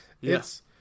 Yes